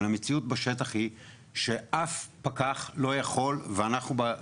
אבל המציאות בשטח היא שאף פקח לא יכול לאכוף.